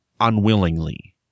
unwillingly